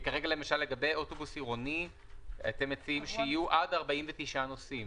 כי כרגע למשל לגבי אוטובוס עירוני אתם מציעים שיהיו עד 49 נוסעים.